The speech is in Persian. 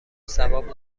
ثواب